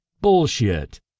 Bullshit